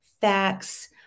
facts